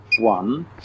one